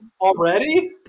Already